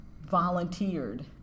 volunteered